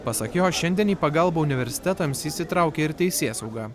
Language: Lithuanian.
pasak jo šiandien į pagalbą universitetams įsitraukia ir teisėsauga